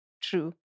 true